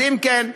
אז אם כן,